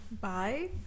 Bye